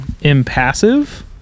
Impassive